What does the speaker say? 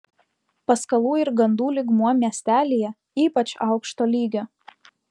paskalų ir gandų lygmuo miestelyje ypač aukšto lygio